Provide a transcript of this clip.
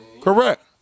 correct